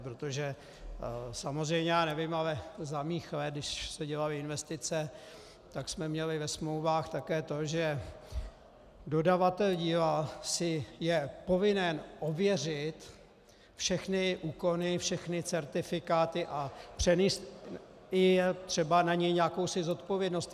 Protože samozřejmě já nevím, ale za mých let, když se dělaly investice, tak jsme měli ve smlouvách také to, že dodavatel díla si je povinen ověřit všechny úkony, všechny certifikáty a přenést třeba i na ně jakousi zodpovědnost.